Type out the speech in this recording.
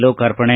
ಲೋಕಾರ್ಪಣೆ